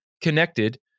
connected